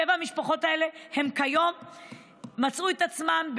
שבע המשפחות האלה מצאו את עצמן כיום,